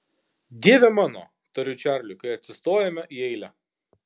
dieve mano tariu čarliui kai atsistojame į eilę